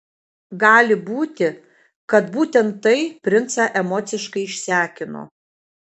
gali būti kad būtent tai princą emociškai išsekino